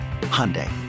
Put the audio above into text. Hyundai